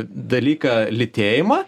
dalyką lytėjimą